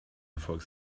erfolg